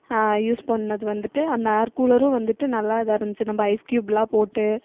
use பண்ணது வந்துட்டு அந்த ஏர் கூலரும் வந்துட்டு நல்லாதாருந்துச்சு நம்ப ஐஸ் கியூப்லாம் போட்டு